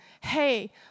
hey